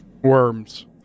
worms